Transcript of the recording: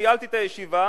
שניהלתי את הישיבה,